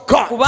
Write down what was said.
God